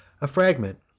a fragment,